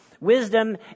Wisdom